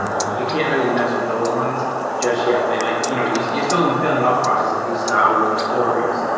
you can't really mess with those ones just yet like like you know you you still in the feeling out process of these star wars stories